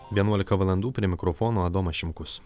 vienuolika valandų prie mikrofono adomas šimkus